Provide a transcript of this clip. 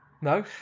No